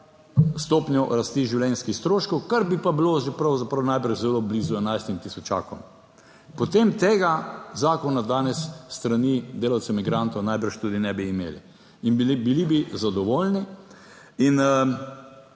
stopnjo rasti življenjskih stroškov, kar bi pa bilo že pravzaprav najbrž zelo blizu 11 tisočakom, potem tega zakona danes s strani delavcev migrantov najbrž tudi ne bi imeli in bili bi zadovoljni.